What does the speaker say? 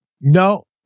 No